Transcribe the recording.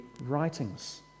writings